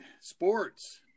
sports